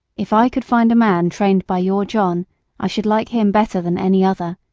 if i could find a man trained by your john i should like him better than any other